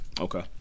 okay